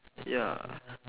ya